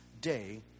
day